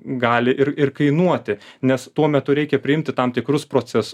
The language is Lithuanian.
gali ir ir kainuoti nes tuo metu reikia priimti tam tikrus proces